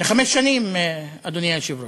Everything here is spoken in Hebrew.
לחמש שנים, אדוני היושב-ראש.